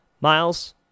Miles